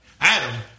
Adam